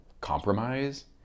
compromise